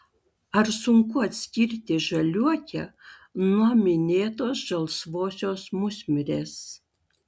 ar sunku atskirti žaliuokę nuo minėtos žalsvosios musmirės